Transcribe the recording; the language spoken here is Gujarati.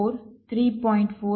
4 મોટું છે તે રેકોર્ડ કરો